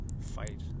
Fight